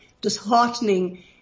disheartening